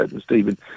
Stephen